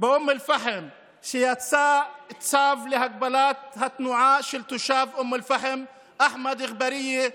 באום אל-פחם שיצא צו להגבלת התנועה של תושב אום אל-פחם אחמד אגבאריה,